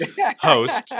host